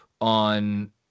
on